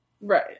Right